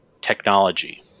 technology